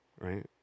right